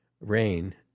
rain